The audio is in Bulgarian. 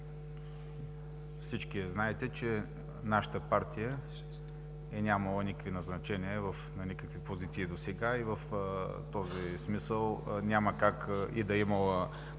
Всички знаете, че нашата партия е нямала никакви назначения на никакви позиции досега и в този смисъл няма как и да е